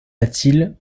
latil